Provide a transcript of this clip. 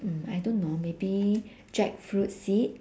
mm I don't know maybe jackfruit seed